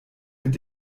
mit